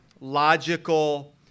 logical